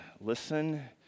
listen